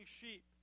sheep